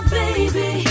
baby